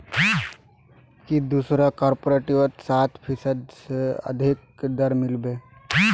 की दूसरा कॉपरेटिवत सात फीसद स अधिक दर मिल बे